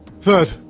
Third